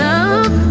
up